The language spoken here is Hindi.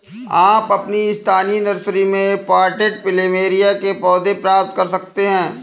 आप अपनी स्थानीय नर्सरी में पॉटेड प्लमेरिया के पौधे प्राप्त कर सकते है